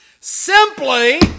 Simply